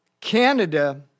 Canada